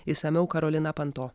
išsamiau karolina panto